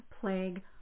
plague